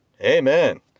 Amen